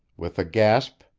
with a gasp,